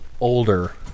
older